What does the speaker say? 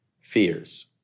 fears